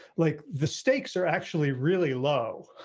like the stakes are actually really low.